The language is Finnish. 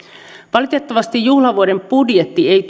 valitettavasti juhlavuoden budjetti ei